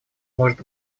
может